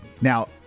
Now